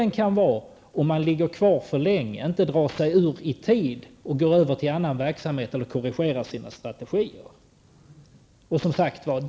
Det kan vara fel att ligga kvar för länge, att inte dra sig ur i tid och gå över till annan verksamhet eller korrigera sina strategier.